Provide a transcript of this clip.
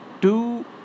two